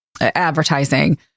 advertising